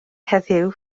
heddiw